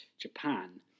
Japan